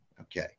Okay